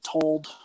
told